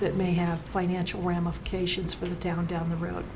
that may have financial ramifications for the town down the road